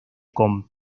con